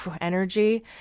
energy